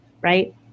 right